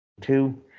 two